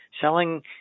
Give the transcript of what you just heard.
selling